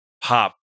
pop